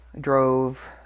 drove